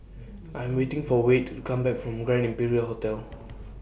I Am waiting For Wayde to Come Back from Grand Imperial Hotel